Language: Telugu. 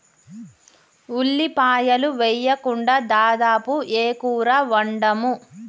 ఉల్లిపాయలు వేయకుండా దాదాపు ఏ కూర వండము